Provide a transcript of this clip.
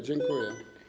Dziękuję.